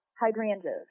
hydrangeas